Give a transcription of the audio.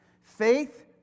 Faith